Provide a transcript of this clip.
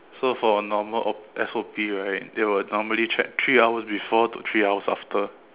so for normal O_P S_O_P right they will normally check three hours before to three hours after